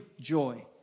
joy